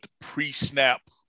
pre-snap